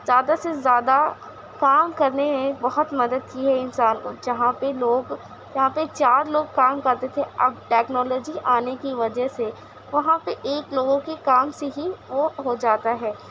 زیادہ سے زیادہ کام کرنے میں بہت مدد کی ہے انسان کو جہاں پہ لوگ جہاں پہ چار لوگ کام کرتے تھے اب ٹیکنالوجی آنے کی وجہ سے وہاں پہ ایک لوگوں کے کام سے ہی وہ ہو جاتا ہے